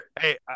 Hey